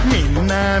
Minna